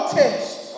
test